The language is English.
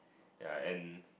ya and